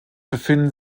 befinden